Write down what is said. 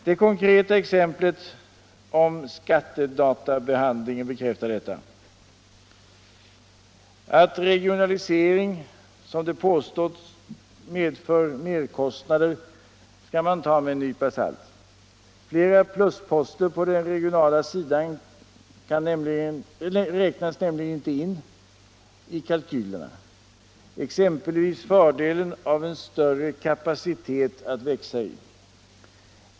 Det konkreta exemplet på skattedatabehandlingen bekräftar detta. Att regionaliseringen, som det påstås, medför merkostnader skall man ta med en nypa salt. Flera plusposter på den regionala sidan räknas nämligen inte in i kalkylerna, exempelvis fördelen av en större kapacitet att växa i.